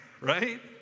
right